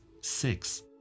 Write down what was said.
six